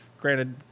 granted